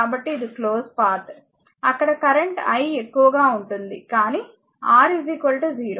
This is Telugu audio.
కాబట్టి ఇది క్లోజ్ పాత్ అక్కడ కరెంట్ i ఎక్కువగా ఉంటుంది కానీ R 0